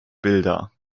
bilder